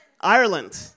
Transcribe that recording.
Ireland